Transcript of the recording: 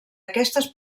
aquestes